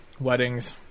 weddings